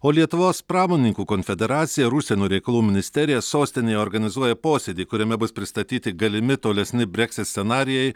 o lietuvos pramonininkų konfederacija ir užsienio reikalų ministerija sostinėje organizuoja posėdį kuriame bus pristatyti galimi tolesni breksit scenarijai